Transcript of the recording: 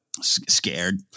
Scared